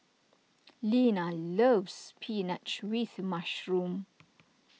Lena loves Spinach with Mushroom